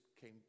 came